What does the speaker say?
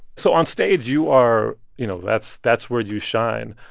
so onstage, you are you know, that's that's where you shine.